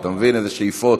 אתה מבין איזה שאיפות?